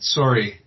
sorry